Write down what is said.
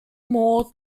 more